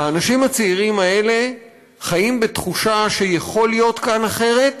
האנשים הצעירים האלה חיים בתחושה שיכול להיות כאן אחרת,